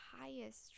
highest